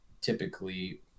typically